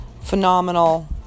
phenomenal